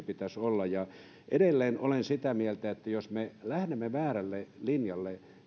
pitäisi olla edelleen olen sitä mieltä että jos me lähdemme väärälle linjalle